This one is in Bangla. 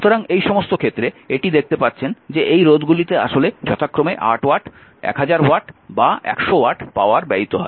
সুতরাং এই সমস্ত ক্ষেত্রে এটি দেখতে পাচ্ছেন যে এই রোধগুলিতে আসলে যথাক্রমে 8 ওয়াট 1000 ওয়াট বা 100 ওয়াট পাওয়ার ব্যয়িত হয়